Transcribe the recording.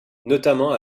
notamment